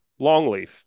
longleaf